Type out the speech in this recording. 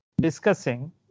discussing